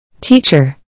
Teacher